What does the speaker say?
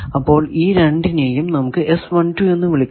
അപ്പോൾ ഈ രണ്ടിനെയും നമുക്കു എന്ന് വിളിക്കാം